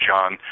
John